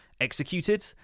executed